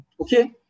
Okay